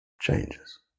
changes